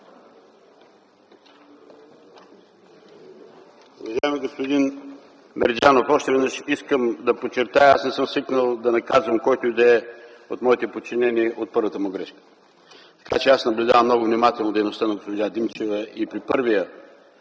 Уважаеми господин Мерджанов, още веднъж искам да подчертая – аз не съм свикнал да наказвам който и да е от моите подчинени от първата му грешка. Така че аз наблюдавам много внимателно дейността на госпожа Димчева и при първия